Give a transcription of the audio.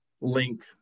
link